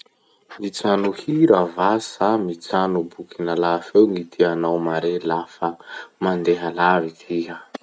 Mitsano hira sa mitsano boky nalà feo gny tianao mare lafa mandeha lavitsy iha?